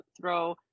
throw